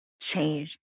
changed